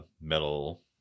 metal